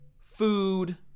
food